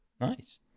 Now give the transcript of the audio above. Nice